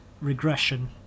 regression